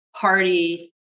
party